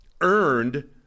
earned